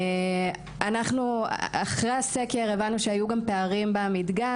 אנחנו אחרי הסקר הבנו שהיו גם פערים במדגם